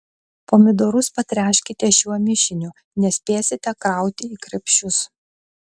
pomidorus patręškite šiuo mišiniu nespėsite krauti į krepšius